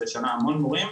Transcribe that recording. המון מורים,